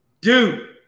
dude